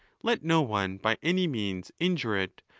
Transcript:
let no one by any means injure it,